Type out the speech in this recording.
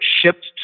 shipped